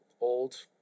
old